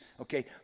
Okay